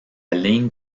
ligne